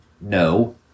No